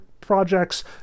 projects